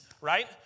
right